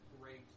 great